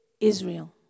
Israel